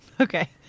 okay